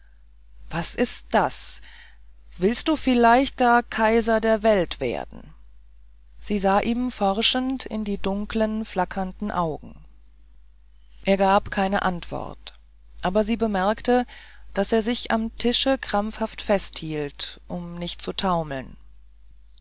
was ist das willst du vielleicht gar kaiser der welt werden sie sah ihm forschend in die dunklen flackernden augen er gab keine antwort aber sie bemerkte daß er sich am tische krampfhaft festhielt um nicht zu taumeln